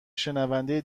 شنونده